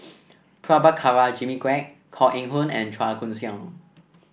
Prabhakara Jimmy Quek Koh Eng Hoon and Chua Koon Siong